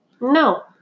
No